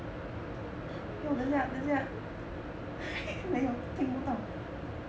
不要等一下等一下 没有听不到